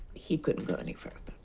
he couldn't go any further.